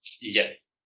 Yes